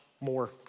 more